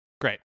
Great